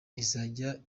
izajya